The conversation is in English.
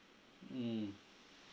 mm